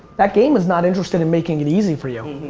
that game is not interested in making it easy for you.